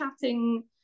chatting